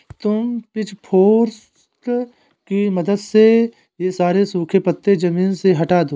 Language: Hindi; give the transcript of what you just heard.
तुम पिचफोर्क की मदद से ये सारे सूखे पत्ते ज़मीन से हटा दो